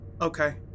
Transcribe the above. Okay